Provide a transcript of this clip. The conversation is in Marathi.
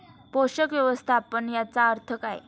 पोषक व्यवस्थापन याचा अर्थ काय?